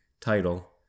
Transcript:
title